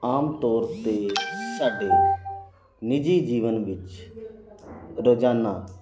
ਆਮ ਤੌਰ 'ਤੇ ਸਾਡੇ ਨਿੱਜੀ ਜੀਵਨ ਵਿੱਚ ਰੋਜ਼ਾਨਾ